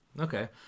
Okay